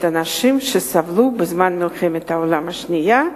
באנשים שסבלו במלחמת העולם השנייה,